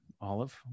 olive